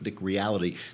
reality